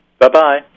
Bye-bye